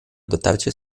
dotarcie